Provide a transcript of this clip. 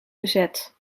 bezet